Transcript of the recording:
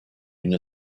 une